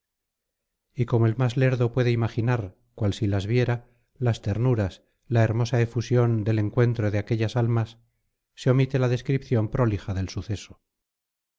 y como el más lerdo puede imaginar cual si las viera las ternuras la hermosa efusión del encuentro de aquellas almas se omite la descripción prolija del suceso